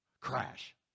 Crash